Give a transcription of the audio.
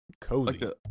cozy